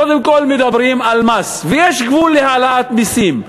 קודם כול מדברים על מס, ויש גבול להעלאת מסים.